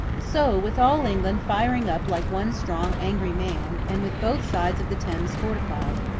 so, with all england firing up like one strong, angry man, and with both sides of the thames fortified,